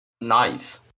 Nice